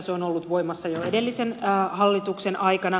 se on ollut voimassa jo edellisen hallituksen aikana